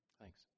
Thanks